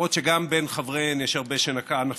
למרות שגם בין חבריהן יש הרבה שנקעה נפשם,